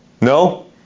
No